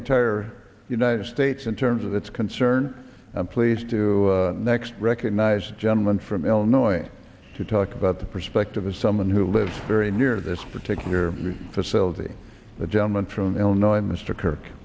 entire united states in terms of its concern i'm pleased to next recognize the gentleman from illinois to talk about the perspective of someone who lives very near this particular facility the gentleman from illinois mr kirk